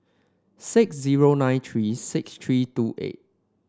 six zero nine three six three two eight